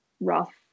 rough